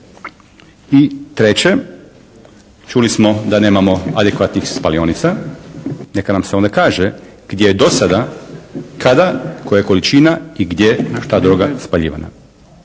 I treće, čuli smo da nemamo adekvatnih spalionica. Neka nam se onda kaže gdje je do sada, kada, koja količina i gdje ta droga spaljivanja.